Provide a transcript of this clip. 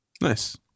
Nice